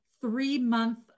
three-month